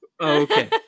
Okay